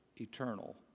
eternal